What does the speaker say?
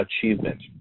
achievement